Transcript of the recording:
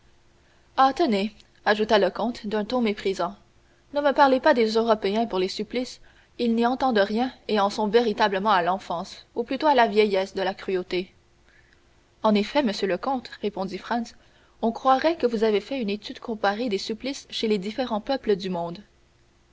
tenez ajouta le comte d'un ton méprisant ne me parlez pas des européens pour les supplices ils n'y entendent rien et en sont véritablement à l'enfance ou plutôt à la vieillesse de la cruauté en vérité monsieur le comte répondit franz on croirait que vous avez fait une étude comparée des supplices chez les différents peuples du monde